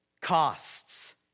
costs